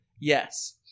Yes